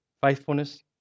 faithfulness